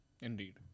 Indeed